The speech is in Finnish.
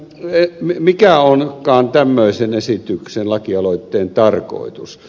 nimittäin mikä onkaan tämmöisen esityksen lakialoitteen tarkoitus